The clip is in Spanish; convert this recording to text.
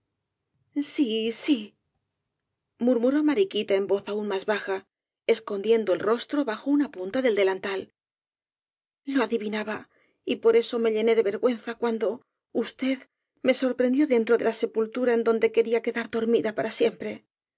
sí sí murmuró mariquita en voz aún más baja escondiendo el rostro bajo una punta del delantal lo adivinaba y por eso me llené de vergüenza cuando usted me sorprendió dentro de la sepultura en donde quería quedar dormida para siempre